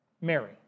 Mary